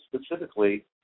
specifically